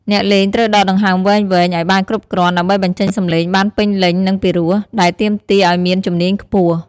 អ្នកលេងត្រូវដកដង្ហើមវែងៗ ឱ្យបានគ្រប់គ្រាន់ ដើម្បីបញ្ចេញសំឡេងបានពេញលេញ និងពីរោះ ដែលទាមទារឲ្យមានជំនាញខ្ពស់។